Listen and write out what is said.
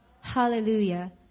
Hallelujah